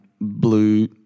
blue